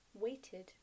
weighted